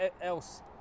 else